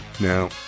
Now